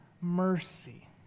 mercy